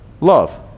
love